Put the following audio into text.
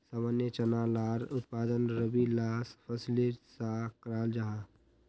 सामान्य चना लार उत्पादन रबी ला फसलेर सा कराल जाहा